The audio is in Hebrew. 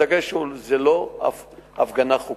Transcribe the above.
הדגש הוא: זו לא הפגנה חוקית.